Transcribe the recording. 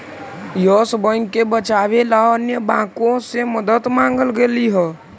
yes bank के बचावे ला अन्य बाँकों से मदद मांगल गईल हल